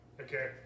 Okay